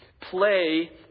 play